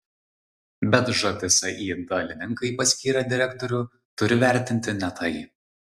bet žtsi dalininkai paskyrę direktorių turi vertinti ne tai